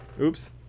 Oops